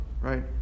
Right